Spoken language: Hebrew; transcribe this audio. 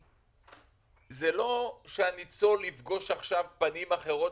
זה לא שהניצול עכשיו יפגוש פנים אחרות